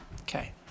Okay